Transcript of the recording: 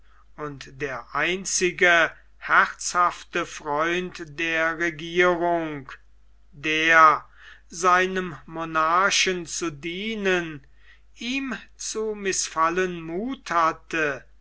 und der einzige herzhafte freund der regierung der seinem monarchen zu dienen ihm zu mißfallen muth hatte